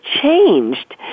changed